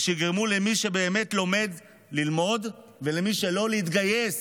שיגרמו למי שבאמת לומד ללמוד, ולמי שלא, להתגייס.